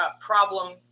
problem